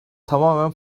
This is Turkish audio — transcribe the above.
tamamen